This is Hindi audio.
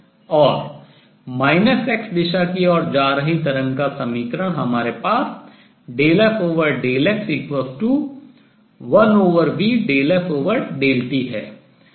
और X दिशा की ओर जा रही तरंग का समीकरण हमारे पास ∂f∂x1v∂f∂t है